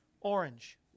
Orange